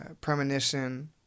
premonition